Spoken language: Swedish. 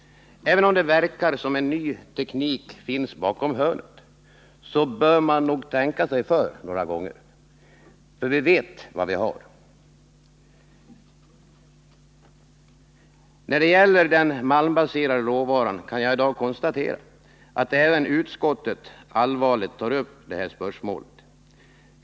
Även om det verkar som om en ny teknik finns bakom hörnet så bör man nog tänka sig för några gånger, för vi vet vad vi har. När det gäller den malmbaserade råvaran kan jag i dag konstatera att även utskottet allvarligt tar upp det spörsmålet.